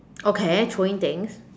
okay throwing things